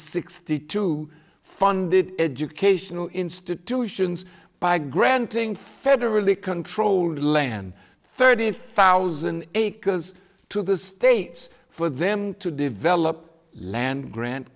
sixty two funded educational institutions by granting federally controlled land thirty thousand acres to the states for them to develop land grant